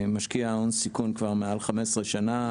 משקיע הון סיכון כבר מעל 15 שנה,